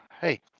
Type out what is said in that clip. Hey